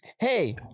Hey